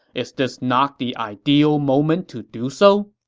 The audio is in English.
is this not the ideal moment to do so?